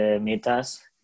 metas